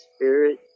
spirit